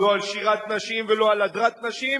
לא על שירת נשים ולא על הדרת נשים,